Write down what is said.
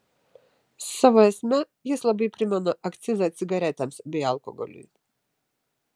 savo esme jis labai primena akcizą cigaretėms bei alkoholiui